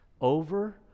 over